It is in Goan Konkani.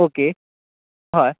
ऑके हय